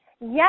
Yes